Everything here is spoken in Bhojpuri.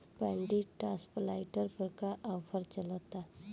पैडी ट्रांसप्लांटर पर का आफर चलता?